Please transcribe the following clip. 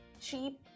cheap